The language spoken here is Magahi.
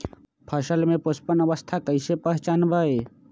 फसल में पुष्पन अवस्था कईसे पहचान बई?